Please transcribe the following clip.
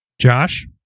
Josh